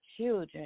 children